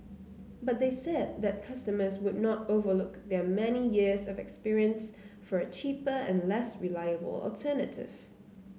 but they said that customers would not overlook their many years of experience for a cheaper and less reliable alternative